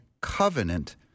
covenant